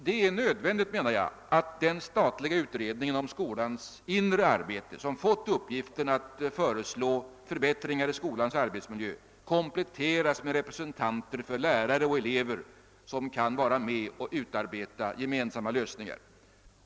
Det är nödvändigt, anser jag, att den statliga utredningen om skolans inre arbete, som fått uppgiften att föreslå förbättringar i skolans arbetsmiljö, kompletteras med representanter för lä rare och elever som kan vara med och utarbeta gemensamma lösningar.